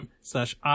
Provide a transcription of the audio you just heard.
slash